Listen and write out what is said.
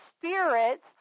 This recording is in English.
spirits